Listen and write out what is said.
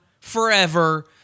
forever